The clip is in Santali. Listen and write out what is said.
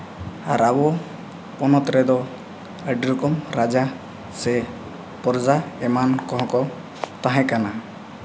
ᱟᱨ ᱟᱵᱚ ᱯᱚᱱᱚᱛ ᱨᱮᱫᱚ ᱟᱹᱰᱤ ᱨᱚᱠᱚᱢ ᱨᱟᱡᱟ ᱥᱮ ᱯᱨᱚᱡᱟ ᱮᱢᱟᱱ ᱠᱚᱦᱚᱸ ᱠᱚ ᱛᱟᱦᱮᱸᱠᱟᱱᱟ